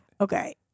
Okay